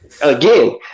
Again